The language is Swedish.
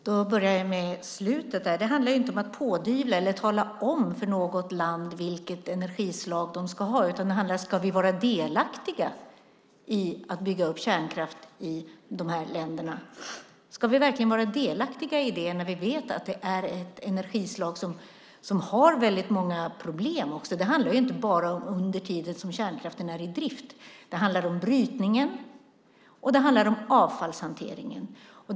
Fru talman! Jag börjar med slutet. Det handlar inte om att pådyvla eller tala om för något land vilket energislag det ska ha. Det handlar om huruvida vi ska vara delaktiga i att bygga upp kärnkraft i dessa länder. Ska vi verkligen vara delaktiga i det när vi vet att det är ett energislag som har många problem? Det handlar inte bara om tiden då kärnkraften är i drift. Det handlar om brytning och avfallshantering också.